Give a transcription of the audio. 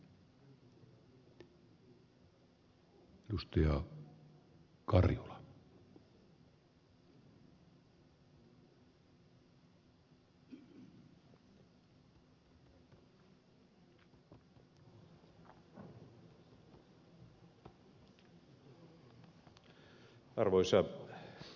arvoisa puhemies